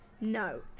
No